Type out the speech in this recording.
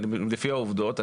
לפי העובדות,